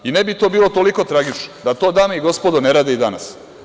I ne bi to bilo toliko tragično da to, dame i gospodo, ne rade i danas.